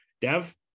Dev